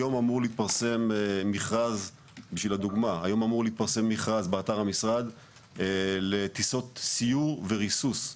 היום אמור להתפרסם מכרז באתר המשרד לטיסות סיור וריסוס,